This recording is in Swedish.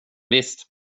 visst